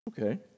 Okay